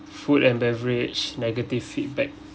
food and beverage negative feedback